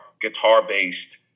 guitar-based